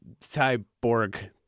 cyborg